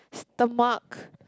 stomach